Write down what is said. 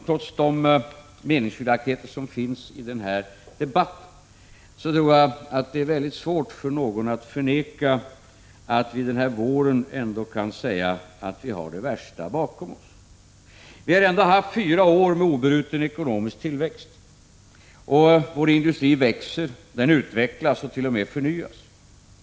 Trots de meningsskiljaktigheter som finns i den här debatten tror jag att det är väldigt svårt för någon att förneka att vi den här våren ändå kan säga att vi har det värsta bakom oss. Vi har haft fyra år med obruten ekonomisk tillväxt. Vår industri växer, den utvecklas och t.o.m. förnyas.